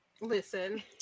Listen